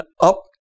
up